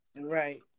Right